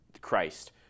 Christ